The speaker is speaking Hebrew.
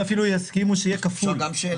כן, ברור, הם והמשרד להגנת הסביבה ביחד.